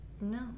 No